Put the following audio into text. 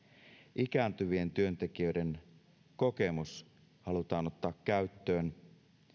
ikääntyvien työntekijöiden kokemus halutaan ottaa käyttöön